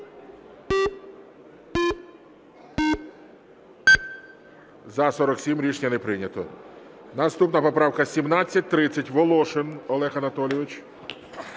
За-38 Рішення не прийнято. Наступна поправка 1757. Волошин Олег Анатолійович.